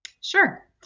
Sure